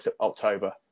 October